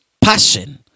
passion